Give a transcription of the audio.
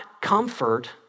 comfort